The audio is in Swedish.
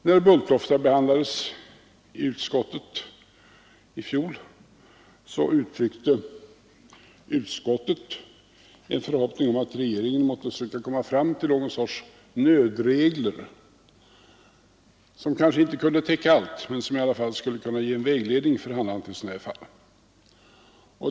När Bulltoftafallet behandlades i utskottet i fjol uttryckte utskottet en förhoppning om att regeringen måtte försöka komma fram till någon sorts nödregler, som kanske inte kunde täcka allt men som i alla fall kunde ge en vägledning för handläggningen av sådana fall.